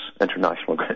international